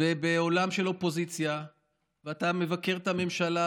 ובעולם של אופוזיציה ואתה מבקר את הממשלה,